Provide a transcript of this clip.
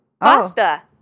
pasta